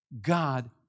God